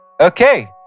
Okay